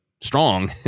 strong